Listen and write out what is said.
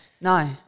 no